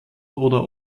oder